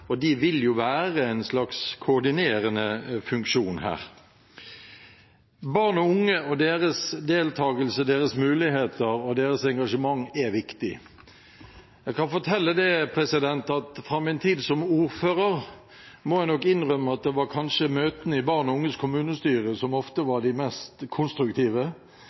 og de vil ha en slags koordinerende funksjon her. Barn og unge og deres deltakelse, deres muligheter og deres engasjement er viktig. Jeg kan fortelle fra min tid som ordfører at det kanskje var, må jeg nok innrømme, møtene i Barn og unges kommunestyre som ofte var de mest konstruktive,